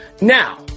now